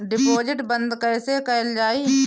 Deposit बंद कैसे कैल जाइ?